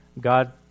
God